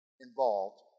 involved